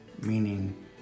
meaning